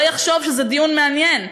לא יחשוב שזה דיון מעניין.